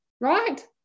right